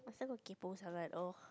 but some kaypohs are like oh